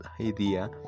idea